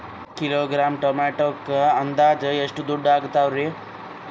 Kilogram ಟೊಮೆಟೊಕ್ಕ ಅಂದಾಜ್ ಎಷ್ಟ ದುಡ್ಡ ಅಗತವರಿ?